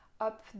up